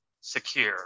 secure